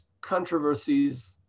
controversies